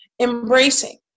embracing